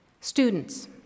Students